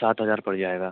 سات ہزار پڑ جائے گا